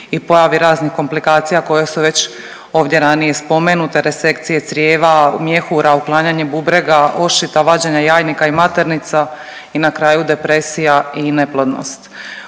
i pojavi raznih komplikacija koje su već ovdje ranije spomenute, resekcije crijeva, mjehura, uklanjanje bubrega, ošita, vađenje jajnika i maternica i na kraju depresija i neplodnost.